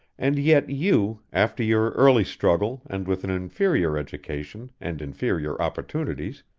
and yet you, after your early struggle and with an inferior education and inferior opportunities,